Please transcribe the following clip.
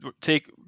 take